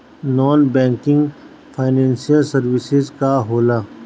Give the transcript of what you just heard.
Non banking financial services का होला?